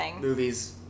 movies